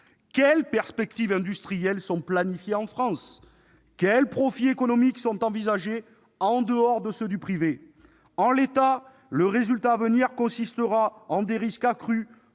quelles perspectives industrielles sont planifiées en France ? Quels profits économiques sont envisagés en dehors de ceux du privé ? En l'état, le résultat à venir consistera en des risques accrus